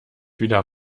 wieder